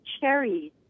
cherries